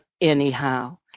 anyhow